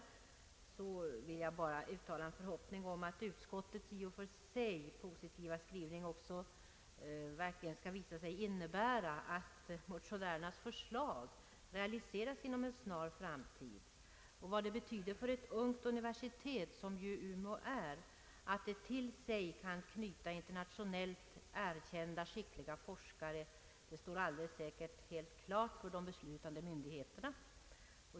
Beträffande detta förslag vill jag bara uttala en förhoppning om att utskottets i och för sig positiva skrivning också verkligen skall visa sig innebära att motionärernas förslag realiseras inom en snar framtid. Vad det betyder för ett ungt universitet, som ju Umeå är, att till sig kunna knyta internationellt erkända forskare står säkert helt klart för de beslutande myndigheterna.